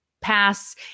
pass